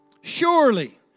Surely